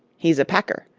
he's a packer,